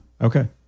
Okay